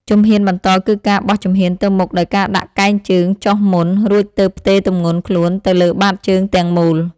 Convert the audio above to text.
ជំហានបន្តគឺការបោះជំហានទៅមុខដោយការដាក់កែងជើងចុះមុន រួចទើបផ្ទេរទម្ងន់ខ្លួនទៅលើបាតជើងទាំងមូល។